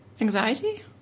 Anxiety